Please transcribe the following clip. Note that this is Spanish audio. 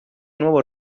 nuevo